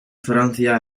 francia